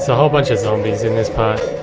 so whole bunch of zombies in this part.